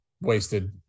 wasted